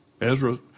Ezra